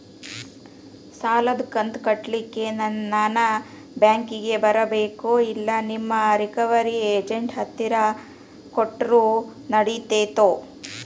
ಸಾಲದು ಕಂತ ಕಟ್ಟಲಿಕ್ಕೆ ನಾನ ಬ್ಯಾಂಕಿಗೆ ಬರಬೇಕೋ, ಇಲ್ಲ ನಿಮ್ಮ ರಿಕವರಿ ಏಜೆಂಟ್ ಹತ್ತಿರ ಕೊಟ್ಟರು ನಡಿತೆತೋ?